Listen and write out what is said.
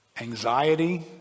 anxiety